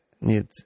need